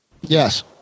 yes